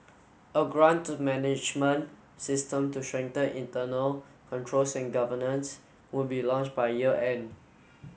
a grant management system to strengthen internal control governance would be launched by year end